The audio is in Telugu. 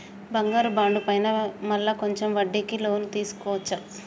బంగారు బాండు పైన మళ్ళా కొంచెం వడ్డీకి లోన్ తీసుకోవచ్చా?